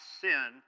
sin